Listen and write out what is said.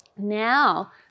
Now